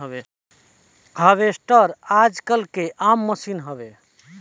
harvester आजकल के आम मसीन हवे